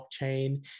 blockchain